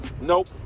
Nope